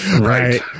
right